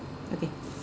okay